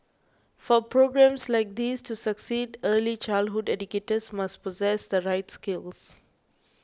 for programmes like these to succeed early childhood educators must possess the right skills